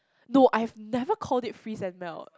no I've never called it freeze and melt